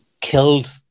killed